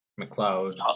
McLeod